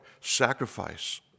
sacrifice